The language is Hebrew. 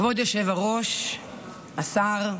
כבוד היושב-ראש, השר,